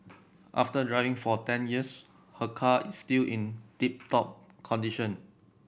after driving for ten years her car is still in tip top condition